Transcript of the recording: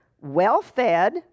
well-fed